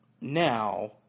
Now